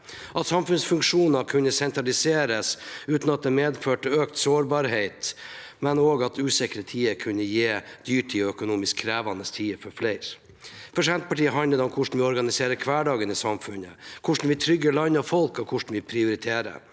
at samfunnsfunksjoner kunne sentraliseres uten at det medførte økt sårbarhet, men også at usikre tider kunne gi dyrtid og økonomisk krevende tider for flere. For Senterpartiet handler det om hvordan vi organiserer hverdagen i samfunnet, hvordan vi trygger land og folk, og hvordan vi prioriterer.